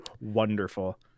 Wonderful